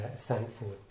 thankful